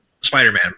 Spider-Man